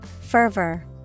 Fervor